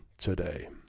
today